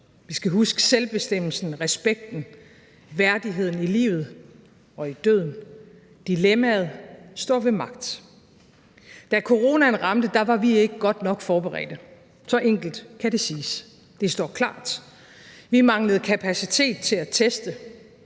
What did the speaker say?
vi skal huske selvbestemmelsen, respekten, værdigheden i livet og i døden, dilemmaet står ved magt. Da coronaen ramte, var vi ikke godt nok forberedt. Så enkelt kan det siges. Det står klart. Vi manglede kapacitet til at teste,